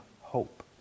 hope